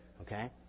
okay